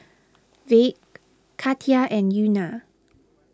Vick Katia and Euna